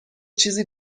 چیزی